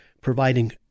providing